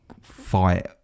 fight